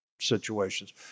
situations